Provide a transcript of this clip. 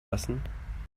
lassen